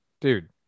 dude